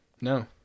No